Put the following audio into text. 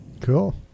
Cool